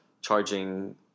charging